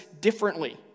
differently